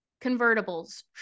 convertibles